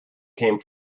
came